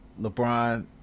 LeBron